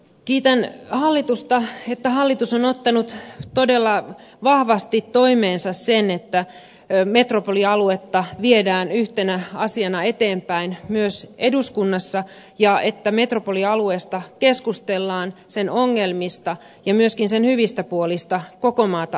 kiitän hallitusta että hallitus on ottanut todella vahvasti toimeensa sen että metropolialuetta viedään yhtenä asiana eteenpäin myös eduskunnassa ja että metropolialueesta sen ongelmista ja myöskin sen hyvistä puolista keskustellaan koko maata ajatellen